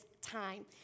time